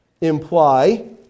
imply